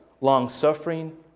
long-suffering